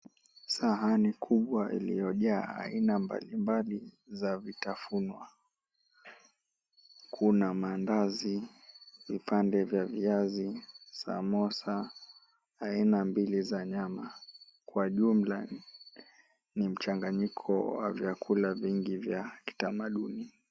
Sahani kubwa iliyojaa aina mbalimbali za vitafunwa. Kuna maandazi, vipande vya viazi, samosa aina mbili za nyama. Kwa jumla, ni mchanganyiko wa vyakula vingi vya kitamaduni.